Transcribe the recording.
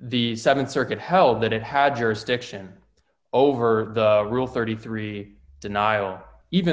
the th circuit held that it had jurisdiction over the rule thirty three denial even